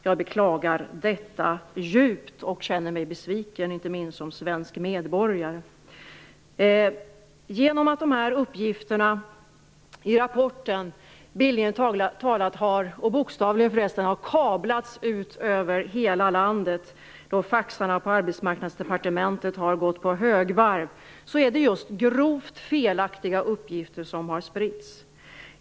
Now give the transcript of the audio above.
Jag beklagar detta djupt och känner mig besviken, inte minst som svensk medborgare. Genom att uppgifterna i rapporten både bildligt och bokstavligen har kablats ut över hela landet - faxarna på Arbetsmarknadsdepartementet har gått på högvarv - är det just grovt felaktiga uppgifter som har spritts.